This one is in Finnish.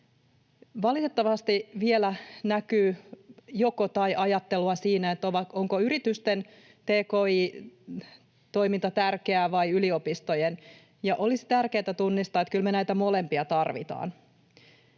Valitettavasti vielä näkyy joko—tai-ajattelua siinä, onko yritysten tki-toiminta tärkeää vai yliopistojen, ja olisi tärkeätä tunnistaa, että kyllä me näitä molempia tarvitaan.